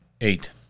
Eight